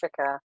Africa